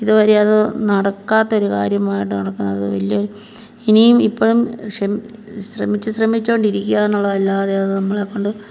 ഇത് വരെ അത് നടക്കാത്ത ഒരു കാര്യമായിട്ടാണ് കിടക്കുന്നത് വലിയ ഇനിയും ഇപ്പോഴും ക്ഷമ് ശ്രമിച്ച് ശ്രമിച്ച് കൊണ്ടിരിക്കുകാന്നുള്ളതല്ലാതെ അത് നമ്മളെ കൊണ്ട്